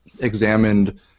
examined